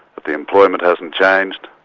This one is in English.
that the employment hasn't changed,